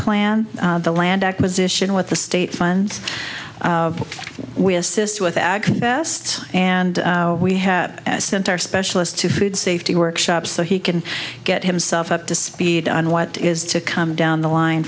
plan the land acquisition with the state funds we assist with ag best and we have sent our specialist to food safety workshops so he can get himself up to speed on what is to come down the line